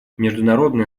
международное